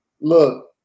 Look